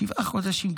שבעה חודשים?